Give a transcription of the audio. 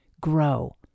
Grow